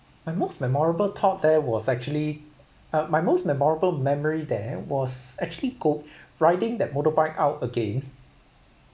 my most memorable thought there was actually ah my most memorable memory there was actually go riding that motorbike out again